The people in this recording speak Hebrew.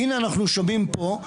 והנה אנחנו שומעים פה,